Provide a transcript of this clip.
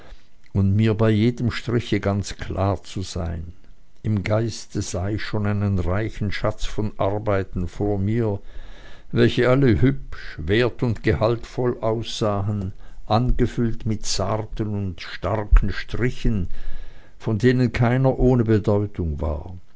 und mir bei jedem striche ganz klar zu sein im geiste sah ich schon einen reichen schatz von arbeiten vor mir welche alle hübsch wert und gehaltvoll aussahen angefüllt mit zarten und starken strichen von denen keiner ohne bedeutung war